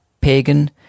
pagan